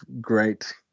great